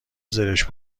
زرشک